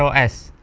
so s